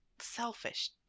selfish